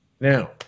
Now